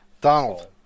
Donald